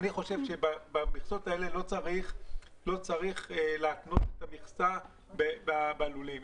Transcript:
אני חושב שבמכסות האלה לא צריך להתנות את המכסה בלולים.